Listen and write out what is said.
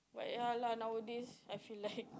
ya lah nowadays I feel like